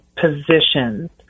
positions